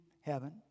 heaven